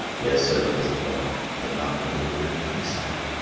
yes, said the little fellow but not another word would he say.